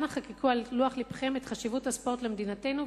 אנא חיקקו על לוח לבכם את חשיבות הספורט למדינתנו,